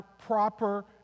proper